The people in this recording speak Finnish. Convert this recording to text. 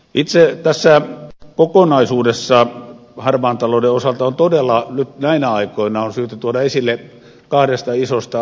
itse tässä kokonaisuudessa harmaan talouden osalta on todella nyt näinä aikoina syytä tuoda esille kaksi isoa asiaa